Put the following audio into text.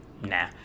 nah